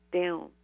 down